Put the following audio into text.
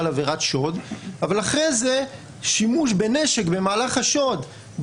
עבירת שוד אבל אחרי זה שימוש בנשק במהלך השוד,